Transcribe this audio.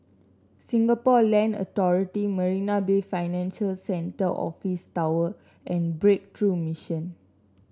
Singapore Land Authority Marina Bay Financial Centre Office Tower and Breakthrough Mission